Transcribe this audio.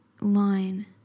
line